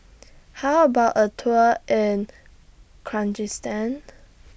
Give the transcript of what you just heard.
How about A Tour in Kyrgyzstan